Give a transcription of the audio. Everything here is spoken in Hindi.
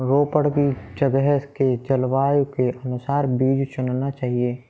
रोपड़ की जगह के जलवायु के अनुसार बीज चुनना चाहिए